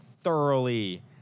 Thoroughly